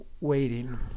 waiting